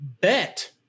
bet